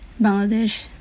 Bangladesh